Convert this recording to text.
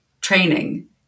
training